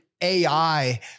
AI